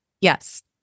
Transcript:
Yes